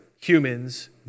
humans